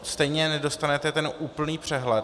Stejně nedostanete úplný přehled.